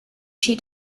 she